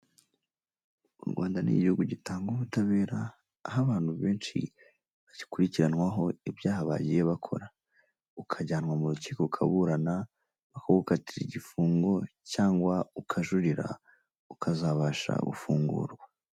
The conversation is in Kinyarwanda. U Rwanda ni igihugu gitanga ubutabera aho abantu benshi bagikurikiranwaho ibyaha bagiye bakora ukajyanwa mu rukiko, ukaburana bakagukatira igifungo cyangwa ukajurira ukazabasha gufungurwa.